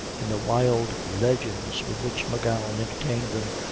in the wild legends with which m'gowan entertained them,